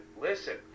listen